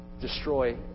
destroy